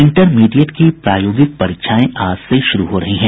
intermediate की प्रायोगिक परीक्षाएं आज से शुरू हो रही हैं